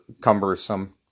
cumbersome